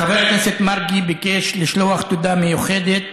חבר הכנסת מרגי ביקש לשלוח תודה מיוחדת,